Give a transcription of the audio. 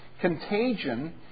contagion